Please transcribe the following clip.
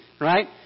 right